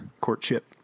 courtship